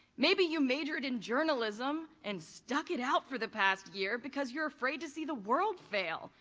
maybe you majored in journalism, and stuck it out for the past year, because you're afraid to see the world fail,